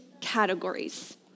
categories